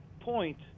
point